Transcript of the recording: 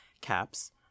CAPS